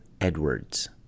edwards